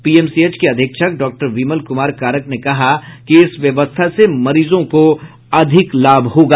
PMCH के अधीक्षक doctor Vimal Kumar Karak ने कहा कि इस व्यवस्था से मरीजों को अधिक लाभ मिलेगा